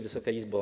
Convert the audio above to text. Wysoka Izbo!